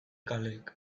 kaleek